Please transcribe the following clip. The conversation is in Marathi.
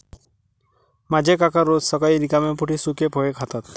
माझे काका रोज सकाळी रिकाम्या पोटी सुकी फळे खातात